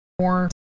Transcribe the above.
more